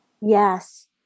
Yes